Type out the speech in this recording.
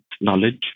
knowledge